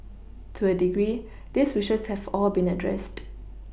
to a degree these wishes have all been addressed